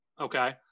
Okay